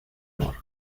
amor